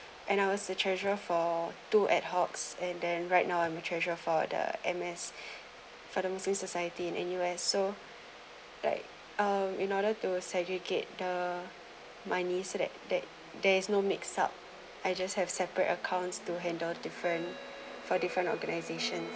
and I was the treasurer for two at hawks and then right now I'm a treasurer for the m s photography society in N_U_S right uh in order to segregate the money so that that there is no mix up I just have separate accounts to handle different for different organization